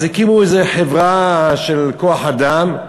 אז הקימו איזו חברה של כוח-אדם,